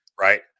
Right